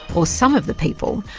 or some of the people,